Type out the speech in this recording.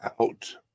out